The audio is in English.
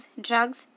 drugs